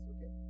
Okay